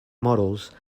models